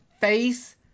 face